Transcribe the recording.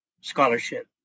scholarship